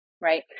Right